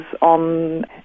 on